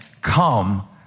come